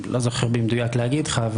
לא זוכר במדויק להגיד לך,